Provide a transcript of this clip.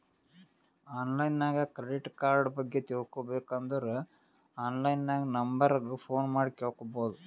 online ನಾಗ್ credit card ಬಗ್ಗೆ ತಿಳ್ಕೋಬೇಕ್ ಅಂದುರ್ ಆನ್ಲೈನ್ ನಾಗ್ ನಂಬರ್ ಗ ಫೋನ್ ಮಾಡಿ ಕೇಳ್ಬೋದು